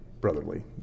brotherly